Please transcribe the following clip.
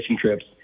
trips